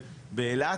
באילת.